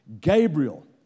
Gabriel